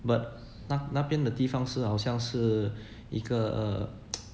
but 那那边的地方是好像是一个